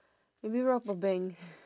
maybe rob a bank